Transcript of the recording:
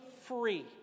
free